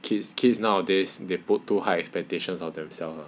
kids kids nowadays they put too high expectations of themselves